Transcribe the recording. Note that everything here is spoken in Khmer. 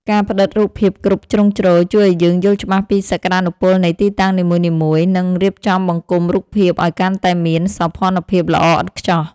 ការផ្តិតរូបភាពគ្រប់ជ្រុងជ្រោយជួយឱ្យយើងយល់ច្បាស់ពីសក្តានុពលនៃទីតាំងនីមួយៗ និង រៀបចំបង្គុំរូបភាពឱ្យកាន់តែមានសោភ័ណភាពល្អឥតខ្ចោះ។